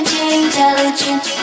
intelligent